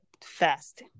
fast